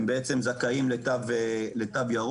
הם יהיו זכאים לתו ירוק.